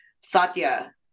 satya